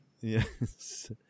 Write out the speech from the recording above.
Yes